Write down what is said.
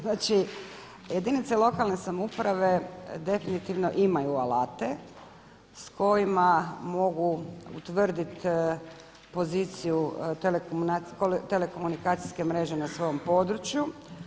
Znači jedinice lokalne samouprave definitivno imaju alate s kojima mogu utvrdit poziciju telekomunikacijske mreže na svom području.